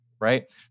right